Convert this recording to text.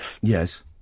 Yes